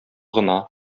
гына